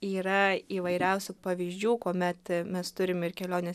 yra įvairiausių pavyzdžių kuomet mes turim ir keliones